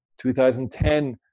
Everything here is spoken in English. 2010